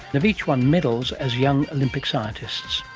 they've each won medals as young olympic scientists.